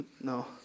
no